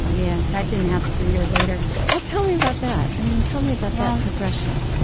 yeah. that didn't happen for years later well, tell me about that. i mean, tell me about that um progression